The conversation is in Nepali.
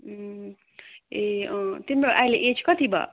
ए अँ तिम्रो अहिले एज कति भयो